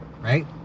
right